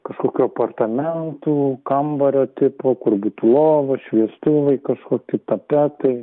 kažkokių apartamentų kambario tipo kur būtų lova šviestuvai kažkokie tapetai